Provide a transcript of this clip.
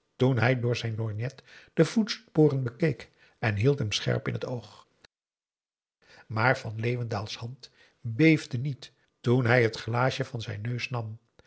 toen hij door zijn lorgnet de voetsporen bekeek en hield hem scherp in het oog maar van leeuwendaals hand beefde niet toen hij het glaasje van zijn neus nam